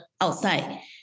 outside